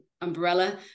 umbrella